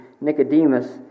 Nicodemus